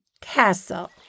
Castle